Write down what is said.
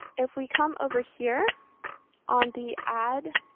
if we come over here on the add,